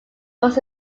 was